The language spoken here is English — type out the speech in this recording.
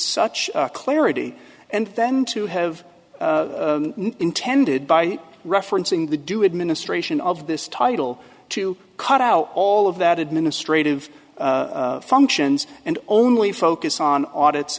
with such clarity and then to have intended by referencing the due administration of this title to cut out all of that administrative functions and only focus on audits